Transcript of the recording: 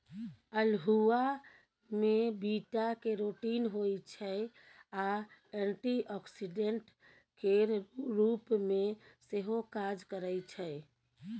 अल्हुआ मे beta carotene होइ छै आ एंटीआक्सीडेंट केर रुप मे सेहो काज करय छै